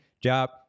job